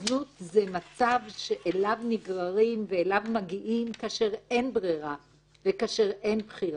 זנות זה מצב שאליו נגררים ואליו מגיעים כאשר אין ברירה וכאשר אין בחירה.